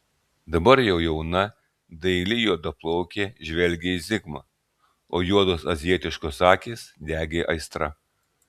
dabar jau jauna daili juodaplaukė žvelgė į zigmą o juodos azijietiškos akys degė aistra